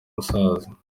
umusaza